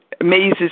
amazes